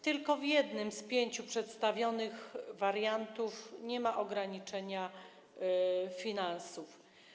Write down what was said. Tylko w jednym z pięciu przedstawionych wariantów nie ma ograniczenia finansów.